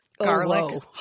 Garlic